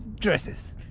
dresses